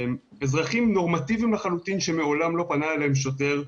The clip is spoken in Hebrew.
אזרחים נורמטיביים לחלוטין שמעולם לא פנה אליהם שוטר,